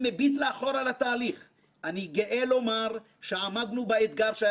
הוכחנו שבמשכן יש חברי כנסת רציניים,